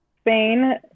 Spain